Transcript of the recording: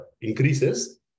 increases